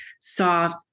soft